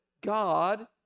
god